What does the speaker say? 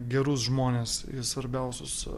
gerus žmones į svarbiausius